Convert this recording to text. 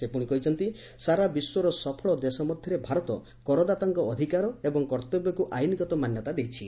ସେ ପୁଣି କହିଛନ୍ତି ସାରା ବିଶ୍ୱର ସଫଳ ଦେଶ ମଧ୍ୟରେ ଭାରତ କରଦାତାଙ୍କ ଅଧିକାର ଏବଂ କର୍ତ୍ତବ୍ୟକୁ ଆଇନଗତ ମାନ୍ୟତା ଦେଇଛି